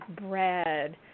bread